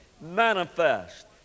manifest